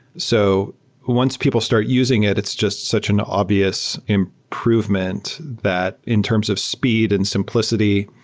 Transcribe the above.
so once people start using it, it's just such an obvious improvement that in terms of speed and simplicity.